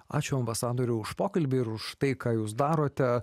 ačiū ambasadoriau už pokalbį ir už tai ką jūs darote